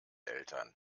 eltern